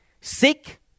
sick